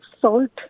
salt